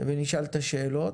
ונשאל את השאלות.